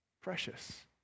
precious